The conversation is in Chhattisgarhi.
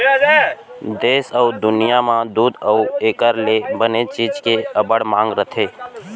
देस अउ दुनियॉं म दूद अउ एकर ले बने चीज के अब्बड़ मांग रथे